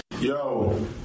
Yo